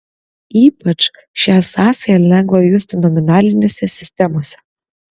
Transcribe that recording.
ypač šią sąsają lengva justi nominalinėse sistemose